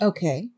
Okay